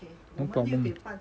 no problem